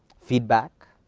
feedback,